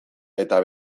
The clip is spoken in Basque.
eta